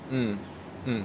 mm mm